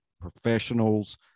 professionals